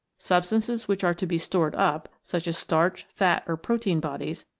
substances which are to be stored up, such as starch, fat, or protein bodies,